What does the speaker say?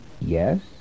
Yes